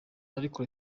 ariko